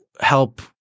help